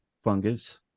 fungus